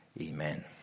Amen